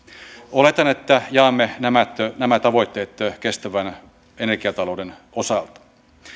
oletan että jaamme nämä nämä tavoitteet kestävän energiatalouden osalta